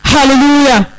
Hallelujah